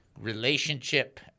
relationship